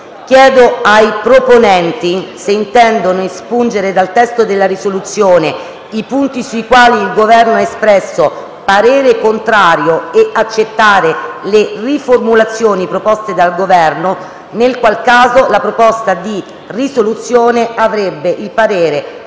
Chiedo ai proponenti se intendono espungere dal testo della risoluzione i punti sui quali il Governo ha espresso parere contrario e accettare le riformulazioni, nel qual caso la proposta di risoluzione nel suo complesso